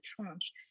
tranche